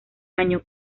año